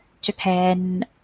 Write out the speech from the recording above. Japan